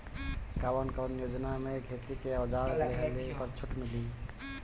कवन कवन योजना मै खेती के औजार लिहले पर छुट मिली?